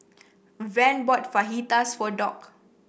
Van bought Fajitas for Dock